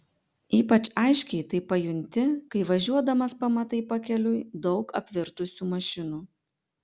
ypač aiškiai tai pajunti kai važiuodamas pamatai pakeliui daug apvirtusių mašinų